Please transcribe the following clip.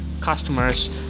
customers